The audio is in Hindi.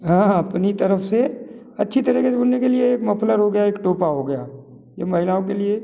हाँ अपनी तरफ़ से अच्छी तरीक़े से बुनने के लिए एक मफ़लर हो गया एक टोपा हो गया ये महिलाओं के लिए